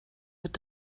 wird